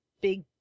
big